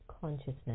Consciousness